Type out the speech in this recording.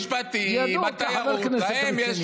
המשפטים, התיירות, להם יש,